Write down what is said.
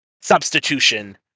substitution